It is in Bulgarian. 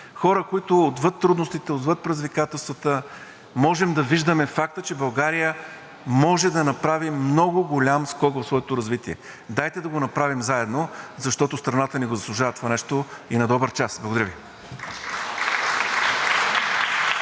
хора, с които отвъд трудностите, отвъд предизвикателствата можем да виждаме факта, че България може да направи много голям скок в своето развитие. Дайте да го направим заедно, защото страната ни заслужава това нещо! На добър час! Благодаря Ви.